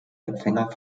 empfänger